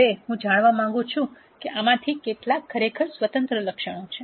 હવે હું જાણવા માગું છું કે આમાંથી કેટલા ખરેખર સ્વતંત્ર લક્ષણો છે